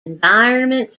environment